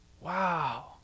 Wow